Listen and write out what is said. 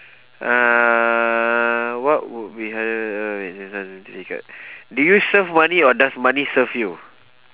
uh what would be do you serve money or does money serve you